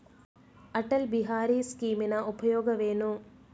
ಅಟಲ್ ಬಿಹಾರಿ ಸ್ಕೀಮಿನ ಉಪಯೋಗವೇನು?